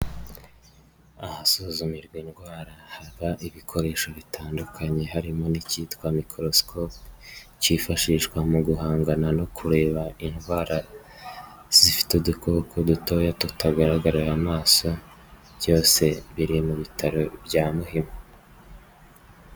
Ahasuzumirwa indwara, haba ibikoresho bitandukanye, harimo n'icyitwa mikorosikopi, kifashishwa mu guhangana no kureba indwara, zifite udukoko dutoya tutagaragarira amaso, byose biri mu bitaro bya muhima.